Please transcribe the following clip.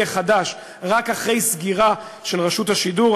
החדש רק אחרי סגירה של רשות השידור,